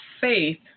faith